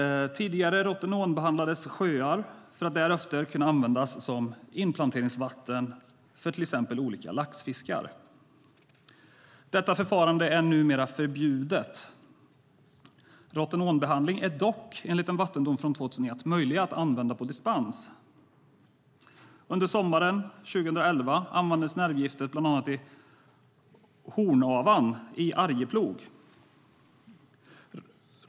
Tidigare rotenonbehandlades sjöar för att därefter kunna användas som inplanteringsvatten för till exempel olika laxfiskar. Detta förfarande är numera förbjudet. Rotenonbehandling är dock, enligt en vattendom från 2001, möjlig att använda på dispens. Under sommaren 2011 användes nervgiftet bland annat i Hornavan i Arjeplog.